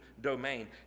domain